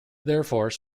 therefore